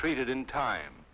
treated in time